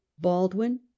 baldwin